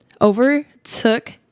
overtook